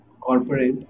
corporate